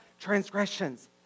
transgressions